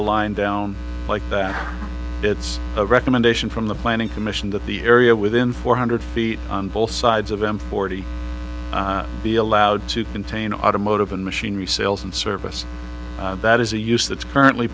a line down like that it's a recommendation from the planning commission that the area within four hundred feet on both sides of m forty be allowed to contain automotive and machinery sales and service that is a use that's currently